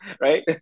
right